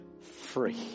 free